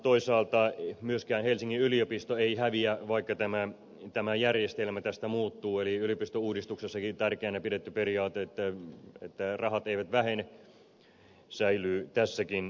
toisaalta myöskään helsingin yliopisto ei häviä vaikka tämä järjestelmä tästä muuttuu eli yliopistouudistuksessakin tärkeänä pidetty periaate että rahat eivät vähene säilyy tässäkin tapauksessa